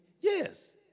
Yes